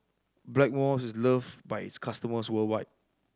Blackmores is loved by its customers worldwide